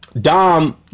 Dom